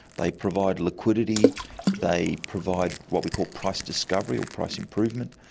like provide liquidity they provide what we call price discovery, or price improvement.